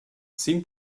seemed